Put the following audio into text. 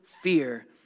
fear